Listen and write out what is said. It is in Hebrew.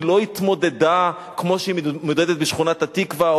היא לא התמודדה כמו שהיא מתמודדת בשכונת-התקווה,